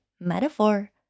metaphor